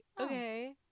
okay